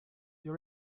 you